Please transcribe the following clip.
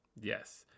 Yes